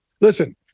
listen